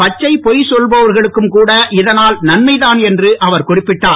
பச்சைப் பொய் சொல்பவர்களுக்கும் கூட இதனால் நன்மை தான் என்று அவர் குறிப்பிட்டார்